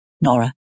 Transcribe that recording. Nora